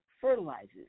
fertilizes